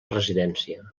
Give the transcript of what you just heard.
residència